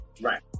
Right